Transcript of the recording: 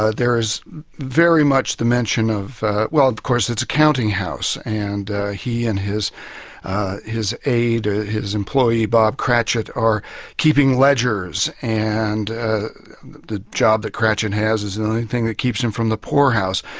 ah there is very much the mention of well of course it's a counting-house, and he and his his aid, his employee, bob cratchett are keeping legers and the job that cratchett has is the only thing that keeps him from the poorhouse.